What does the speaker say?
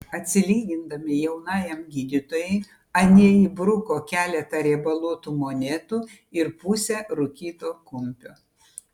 atsilygindami jaunajam gydytojui anie įbruko keletą riebaluotų monetų ir pusę rūkyto kumpio